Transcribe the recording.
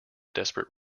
desperate